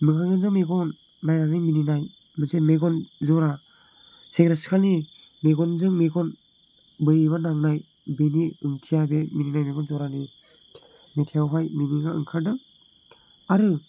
मेगनजों मेगन नायनानै मिनिनाय मोनसे मेगन ज'रा सेंग्रा सिख्लानि मेगनजों मेगन बोरैब्ला नांनाय बिनि ओंथिया बे मिनिनाय मेगन ज'रानि मेथायावहाय मिनिङा ओंखारदों आरो